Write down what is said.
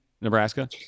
Nebraska